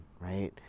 right